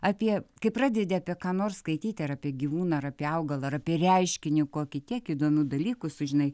apie kai pradedi apie ką nors skaityti ar apie gyvūną ar apie augalą ar apie reiškinį kokį tiek įdomių dalykų sužinai